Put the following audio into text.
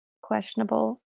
questionable